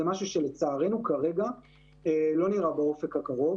זה משהו שלצערנו כרגע לא נראה באופק הקרוב.